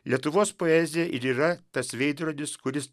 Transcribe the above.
lietuvos poezija ir yra tas veidrodis kuris